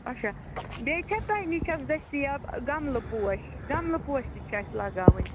اچھا بیٚیہِ چھا تۄہہِ نِش دٔستِیاب گَملہٕ پوش گَملہٕ پوش تہِ چھِ اَسہِ لَگاوٕنۍ